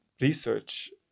research